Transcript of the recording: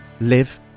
live